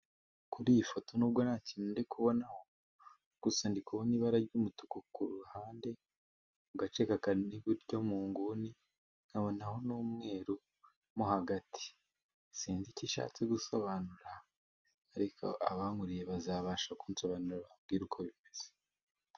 Kuri iyi foto n'ubwo nta kintu ndi kubonaho, gusa ndi kubona ibara ry'umutuku ku ruhande, mu gace kagana iburyo mu nguni, nkabonaho n'umweru mo hagati, sinzi icyo ishatse gusobanura, ariko abankuriye bazabasha kunsobanurira, bambwire uko bimeze.